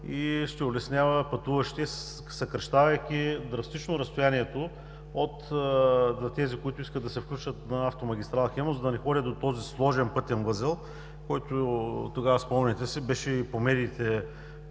и ще улеснява пътуващите, съкращавайки драстично разстоянието на тези, които искат да се включат на автомагистрала „Хемус“, за да не ходят до този сложен пътен възел, който, спомняте си, тогава беше